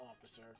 officer